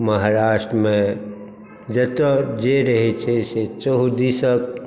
महाराष्ट्रमे जेतय जे रहै छै से चहुँदिसक